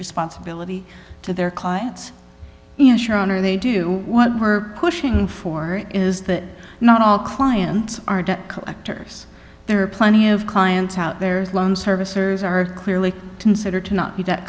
responsibility to their clients ensure owner they do what we're pushing for is that not all clients are to collectors there are plenty of clients out there is loan servicers are clearly considered to not be that